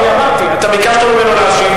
אני אמרתי: אתה ביקשת ממנו להשיב,